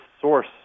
source